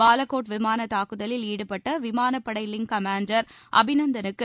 பாலகோட் விமான தாக்குதலில் ஈடுபட்ட விமானப்படை விங்கமான்டர் அபிநந்தலுக்கு